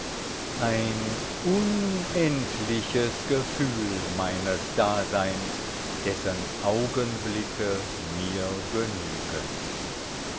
ein unendliches gefühl meines daseins dessen augenblicke mir genügen